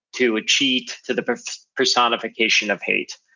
to a cheat, to the personification of hate.